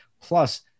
Plus